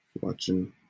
watching